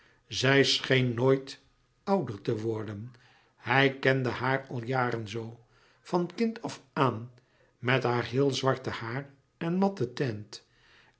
zij scheen nooit ouder te worden hij kende haar al jaren zoo van kind af aan met haar heel zwarte haar en matte teint